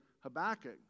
Habakkuk